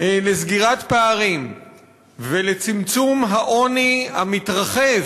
לסגירת פערים ולצמצום העוני המתרחב